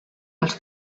els